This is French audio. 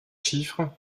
chiffre